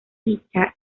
dicha